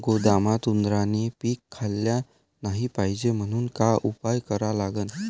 गोदामात उंदरायनं पीक खाल्लं नाही पायजे म्हनून का उपाय करा लागन?